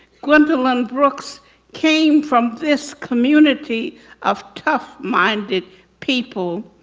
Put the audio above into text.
gwendolyn brooks came from this community of tough minded people.